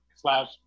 Slash